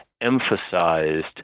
emphasized